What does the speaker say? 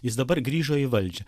jis dabar grįžo į valdžią